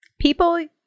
People